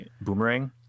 boomerang